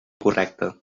correcte